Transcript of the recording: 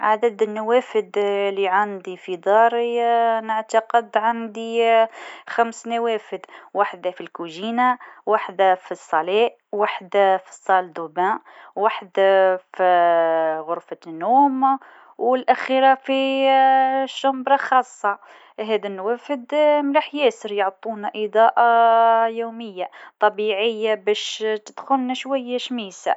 عندي حوالي خمس أزواج من الأحذية، وثلاث قبعات، وزوجين من النظارات الشمسية. الأحذية تختلف حسب المناسبة، والقبعات والنظارات تضيف لمسة أناقة وتحمي من الشمس.